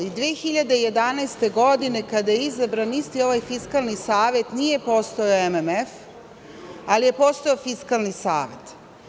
Godine 2011. kada je izabran isti ovaj Fiskalni savet nije postojao MMF, ali je postojao Fiskalni savet.